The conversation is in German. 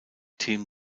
team